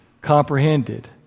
comprehended